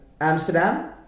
amsterdam